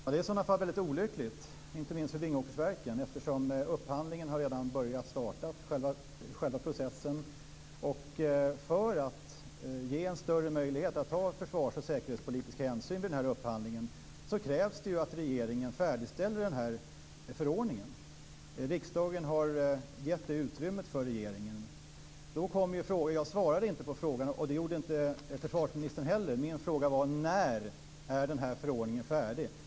Fru talman! Det är i så fall väldigt olyckligt, inte minst för Vingåkersverken eftersom upphandlingen, själva processen, redan har startat. För att ge större möjlighet att ta försvars och säkerhetspolitiska hänsyn vid den här upphandlingen krävs det ju att regeringen färdigställer förordningen. Riksdagen har givit det utrymmet åt regeringen. Jag svarade inte på frågan, och det gjorde inte försvarsministern heller. Min fråga var: När är den här förordningen färdig?